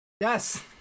Yes